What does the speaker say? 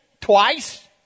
twice